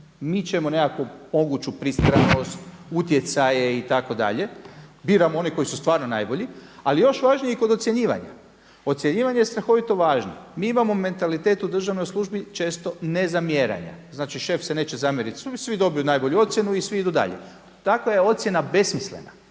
mičemo nekakvu moguću pristranost, utjecaje itd., biramo one koji su stvarno najbolji ali još važnije kod ocjenjivanja. Ocjenjivanje je strahovito važno. Mi imamo mentalitet u državnoj službi često nezamjeranja, znači šef se neće zamjeriti, svi dobiju najbolju ocjenu i svi idu dalje. Takva je ocjena besmislena.